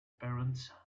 parents